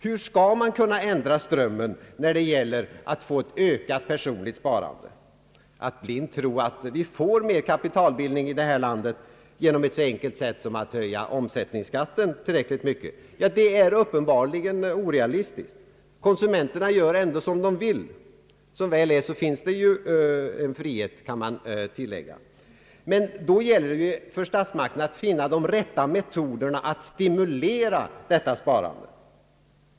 Hur skall man kunna ändra strömmen när det gäller att få ett ökat personligt sparande? Att blint tro att vi får en större kapitalbildning här i landet på ett så enkelt sätt som att höja omsättningsskatten tillräckligt mycket är uppenbarligen orealistiskt. Konsumenterna gör ändå som de vill. Som väl är råder en frihet, kan man tillägga. Ja, men då gäller det för statsmakterna att finna de rätta metoderna att stimulera sparandet.